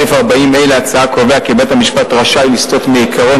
סעיף 40(ה) להצעה קובע כי בית-המשפט רשאי לסטות מעקרון